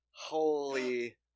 Holy